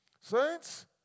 Saints